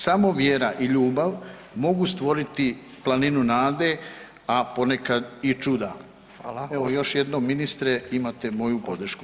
Samo vjera i ljubav mogu stvoriti planinu nade, a ponekad i čuda [[Upadica: Hvala.]] evo još jednom ministre imate moju podršku.